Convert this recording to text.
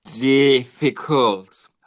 Difficult